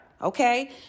Okay